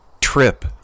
trip